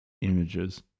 Images